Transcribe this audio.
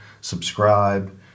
subscribe